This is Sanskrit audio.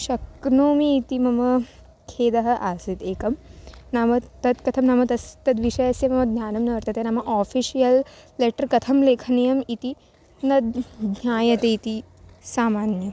शक्नोमि इति मम खेदः आसीत् एकं नाम तत् कथं नाम तस् तद्विषयस्य मम ज्ञानं न वर्तते नाम आफिशियल् लेटर् कथं लेखनीयम् इति न ज्ञायते इति सामान्यतया